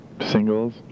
Singles